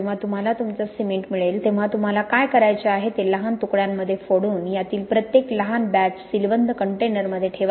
जेव्हा तुम्हाला तुमचा सिमेंट मिळेल तेव्हा तुम्हाला काय करायचे आहे ते लहान तुकड्यांमध्ये फोडून यातील प्रत्येक लहान बॅच सीलबंद कंटेनरमध्ये ठेवा